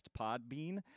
Podbean